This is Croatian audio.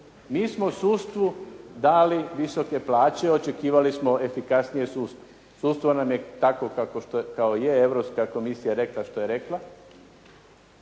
Mi smo sudstvu dali visoke plaće, očekivali smo efikasnije sudstvo. Sudstvo nam je takvo kao što je, Europska komisija je rekla što je rekla.